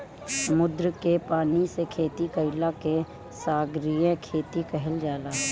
समुंदर के पानी से खेती कईला के सागरीय खेती कहल जाला